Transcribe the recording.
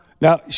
Now